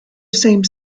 same